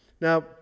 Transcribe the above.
Now